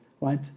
right